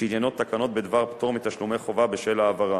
שעניינו "תקנות בדבר פטור מתשלומי חובה בשל העברה",